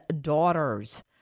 daughters